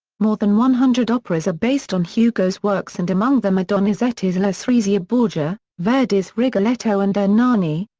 more than one hundred operas are based on hugo's works and among them are donizetti's lucrezia borgia, verdi's rigoletto and ernani,